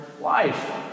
life